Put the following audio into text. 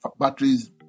batteries